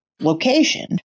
location